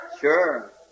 Sure